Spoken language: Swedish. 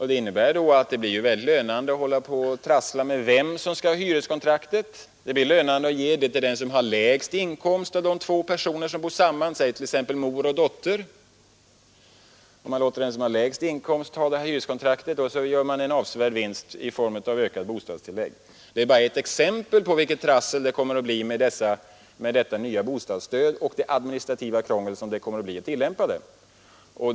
Det innebär att det blir väldigt lönande att hålla på och trassla med vem som skall ha hyreskontraktet. Det blir fördelaktigt att ge det till den som har den lägre inkomsten av de två personer som bor tillsammans, t.ex. mor och dotter. Genom att den som har den lägsta inkomsten står för hyreskontraktet gör man en avsevärd vinst i form av ökat bostadstillägg. Det är bara ett exempel på vilket trassel och vilket administrativt krångel det kommer att bli med detta nya bostadsstöd.